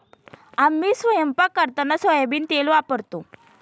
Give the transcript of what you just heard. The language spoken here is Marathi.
आम्ही स्वयंपाक करताना सोयाबीन तेल वापरतो